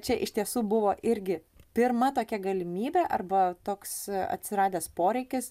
čia iš tiesų buvo irgi pirma tokia galimybė arba toks atsiradęs poreikis